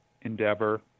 endeavor